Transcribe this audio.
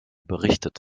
berichtet